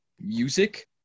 music